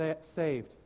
saved